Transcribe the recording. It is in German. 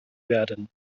werden